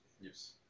Yes